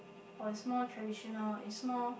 or it's more traditional it's more